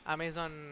Amazon